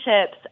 chips